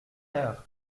heure